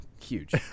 huge